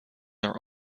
are